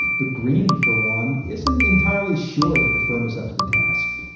but green, for one, isn't entirely sure that the firm is up to the task